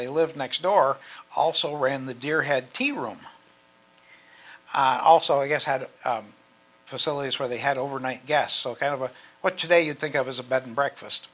they lived next door also ran the deer had to room also i guess had facilities where they had overnight guests so kind of a what today you'd think of as a bed and breakfast